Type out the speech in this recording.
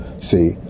see